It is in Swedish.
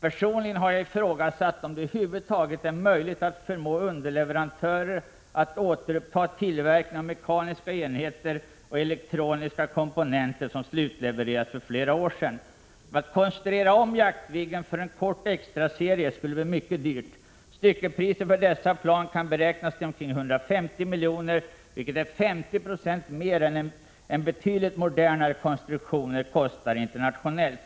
Personligen har jag ifrågasatt om det över huvud taget är möjligt att förmå underleverantörer att återuppta tillverkning av mekaniska enheter och elektroniska komponenter som slutlevererades för flera år sedan. Att konstruera om Jaktviggen för en kort extraserie skulle bli mycket dyrt. Styckepriset för dessa plan kan beräknas till omkring 150 miljoner, vilket är 50 26 mer än vad betydligt modernare konstruktioner kostar internationellt.